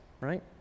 right